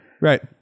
Right